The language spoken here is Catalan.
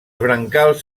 brancals